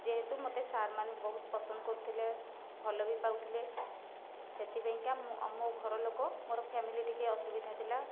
ଯେହେତୁ ମୋତେ ସାର୍ମାନେ ବହୁତ ପସନ୍ଦ କରୁଥିଲେ ଭଲ ବି ପାଉଥିଲେ ସେଥିପାଇଁ କା ମୋ ଘର ଲୋକ ମୋ ଫ୍ଯାମିଲି ଟିକିଏ ଅସୁବିଧା ଥିଲା